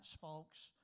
folks